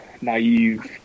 naive